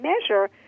measure